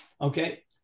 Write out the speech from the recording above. Okay